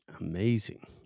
Amazing